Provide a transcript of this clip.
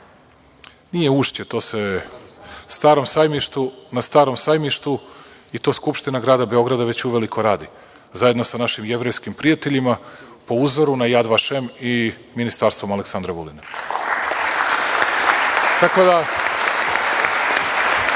koji se radi na Starom sajmištu i to Skupština Grada Beograda već uveliko radi, zajedno sa našim jevrejskim prijateljima po uzoru na „Jad Vašem“ i Ministarstvom, Aleksandrom Vulinom…